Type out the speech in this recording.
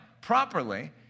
properly